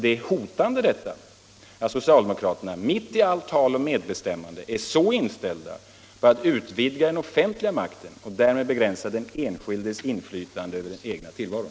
Det är hotande att socialdemokraterna mitt i allt sitt tal om medbestämmande är så inställda på att utvidga den offentliga makten och därmed begränsa den enskildes inflytande över den egna tillvaron.